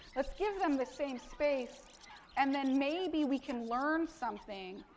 let's give them the same space and then maybe we can learn something,